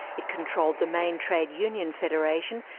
it controlled the main trade union federation,